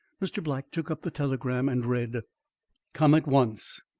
mr. black took up the telegram and read come at once.